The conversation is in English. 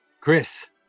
chris